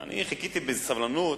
אני חיכיתי בסבלנות